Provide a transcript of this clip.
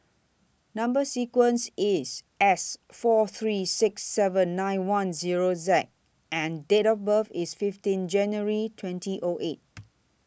Number sequence IS S four three six seven nine one Zero Z and Date of birth IS fifteen January twenty O eight